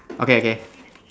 okay okay